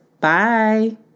Bye